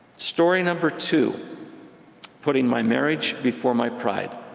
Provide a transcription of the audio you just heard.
story number two putting my marriage before my pride.